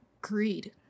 greed